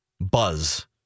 buzz